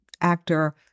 actor